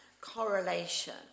correlation